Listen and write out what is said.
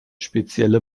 spezielle